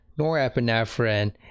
norepinephrine